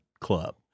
club